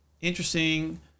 interesting